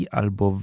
albo